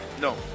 No